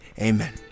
Amen